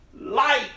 light